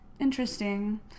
Interesting